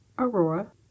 Aurora